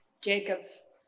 Jacobs